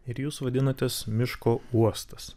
ir jūs vadinatės miško uostas